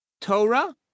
Torah